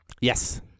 Yes